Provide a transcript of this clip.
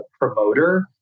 promoter